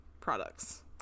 products